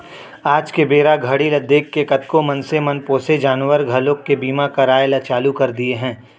आज के बेरा घड़ी ल देखके कतको मनसे मन पोसे जानवर घलोक के बीमा कराय ल चालू कर दिये हें